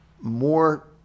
more